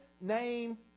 name